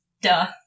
Duh